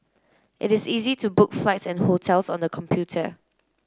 it is easy to book flights and hotels on the computer